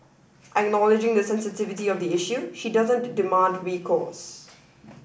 acknowledging the sensitivity of the issue she doesn't demand recourse